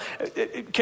okay